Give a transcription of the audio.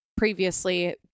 Previously